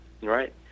right